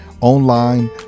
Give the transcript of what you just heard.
online